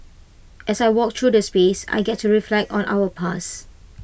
as I walk through the space I get to reflect on our past